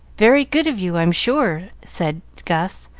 very good of you, i'm sure, said gus,